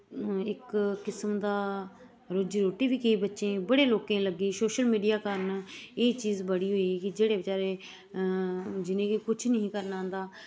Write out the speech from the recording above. इक किस्म दा रोजी रुट्टी बी केईं बच्चें बड़े लोकें लग्गी सोशल मीडिया कारन एह् चीज बड़ी होई कि जेह्ड़ा बचारे जिनें गी कुश नेईं ही करना आंदा